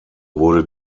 wurde